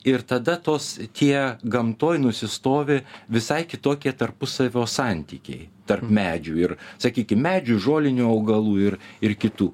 ir tada tos tie gamtoj nusistovi visai kitokie tarpusavio santykiai tarp medžių ir sakykim medžių žolinių augalų ir ir kitų